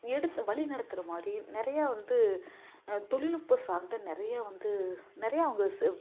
எடுத்து வழி நடத்துகிற மாதிரி நிறையா வந்து தொழில்நுட்பம் சார்ந்த நிறையா வந்து நிறையா அவங்க ச